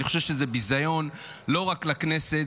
אני חושב שזה ביזיון לא רק לכנסת,